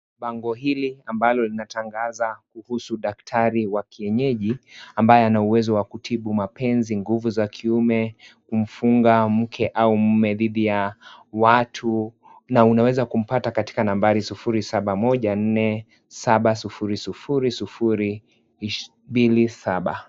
Bango hili ambalo linatangaza kuhusu daktari wa kienyeji ambaye ana uwezo w kutibu mapenzi, nguvu za kiume, kumfunga mume au mke dhidi ya watu na unaweza kumpata katika nambari 0714700027.